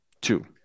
Two